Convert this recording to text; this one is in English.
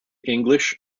english